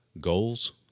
goals